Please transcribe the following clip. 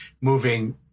moving